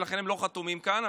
ולכן הם לא חתומים כאן,